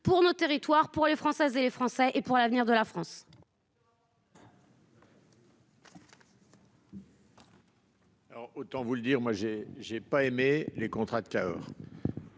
pour nos territoires pour les Françaises et les Français et pour l'avenir de la France.